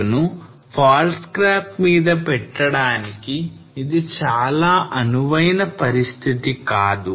నీళ్ల ట్యాంక్ ను fault scarp మీద పెట్టడానికి ఇది చాలా అనువైన పరిస్థితి కాదు